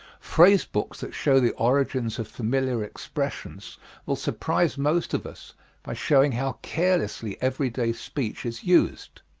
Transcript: phrase books that show the origins of familiar expressions will surprise most of us by showing how carelessly everyday speech is used.